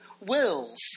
wills